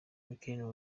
michela